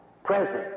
Present